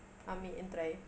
ambil and try